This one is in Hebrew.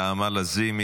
נעמה לזימי,